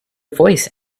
voice